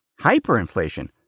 hyperinflation